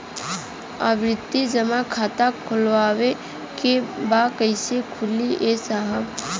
आवर्ती जमा खाता खोलवावे के बा कईसे खुली ए साहब?